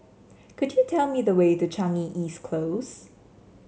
could you tell me the way to Changi East Close